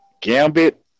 Gambit